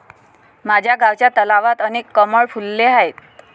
माझ्या गावच्या तलावात अनेक कमळ फुलले आहेत